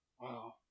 wow